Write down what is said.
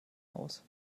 aus